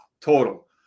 total